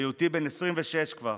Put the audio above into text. בהיותי בן 26 כבר,